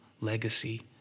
legacy